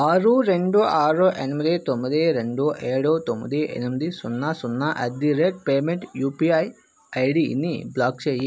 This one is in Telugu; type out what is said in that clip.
ఆరు రెండు ఆరు ఎనిమిది తొమ్మిది రెండు ఏడు తొమ్మిది ఎనిమిది సున్నా సున్నా at the rate payment UPI ID ని బ్లాక్ చేయి